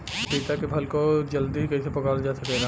पपिता के फल को जल्दी कइसे पकावल जा सकेला?